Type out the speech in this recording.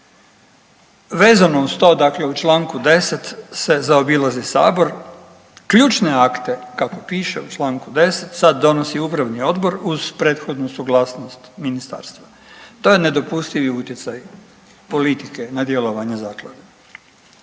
Vezano uz to, dakle u članku 10. se zaobilazi Sabor. Ključne akte kako piše u članku 10. sad donosi upravni odbor uz prethodnu suglasnost ministarstva. To je nedopustivi utjecaj politike na djelovanje zaklade.